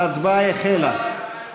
ההצבעה החלה.